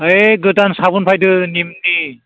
होइ गोदान साबुन फैदों निमनि